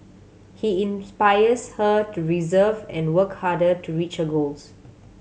he inspires her to reserve and work harder to reach her goals